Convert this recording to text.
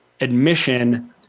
admission